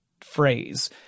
phrase